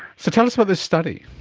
so tell us about this study.